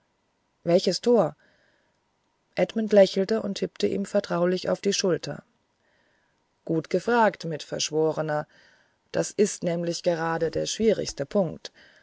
welches tor edmund lächelte und tippte ihm vertraulich auf die schulter gut gefragt mitverschworener das ist nämlich gerade der schwierigste punkt